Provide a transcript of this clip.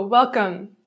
Welcome